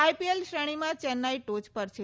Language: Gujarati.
આઈપીએલ શ્રેણીમાં ચેન્નાઈ ટોચ પર છે